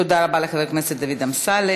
תודה רבה לחבר הכנסת דוד אמסלם.